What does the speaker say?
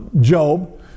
Job